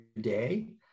day